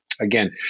Again